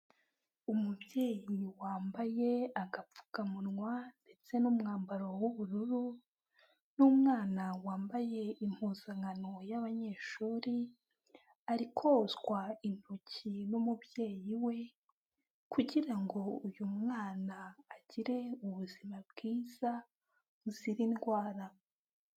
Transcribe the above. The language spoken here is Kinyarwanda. Umubyeyi wambaye agapfukamunwa ndetse n'umwambaro w'ubururu n'umwana wambaye impuzankano y'abanyeshuri ari kozwa intoki n'umubyeyi we kugira ngo uyu mwana agire ubuzima bwiza buzira indwara.